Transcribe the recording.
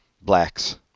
blacks